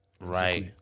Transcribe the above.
Right